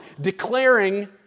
declaring